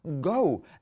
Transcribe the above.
go